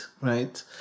right